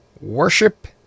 Worship